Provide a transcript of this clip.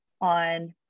on